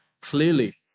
clearly